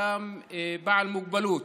אדם בעל מוגבלות,